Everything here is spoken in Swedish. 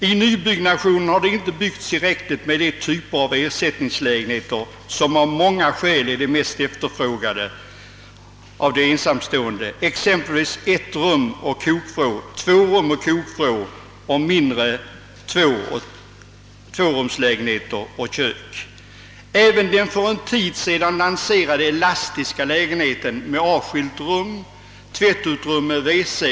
I nybyggnationen har det inte funnits tillräckligt av de typer av ersättningslägenheter som av många skäl är de mest efterfrågade av de ensamstående, exempelvis ett rum och kokvrå, två rum och kokvrå och mindre tvårumslägenheter och kök m.fl. även den för en tid sedan lanserade »elastiska» lägenheten, med avskilt rum, tvättutrymme, w.c.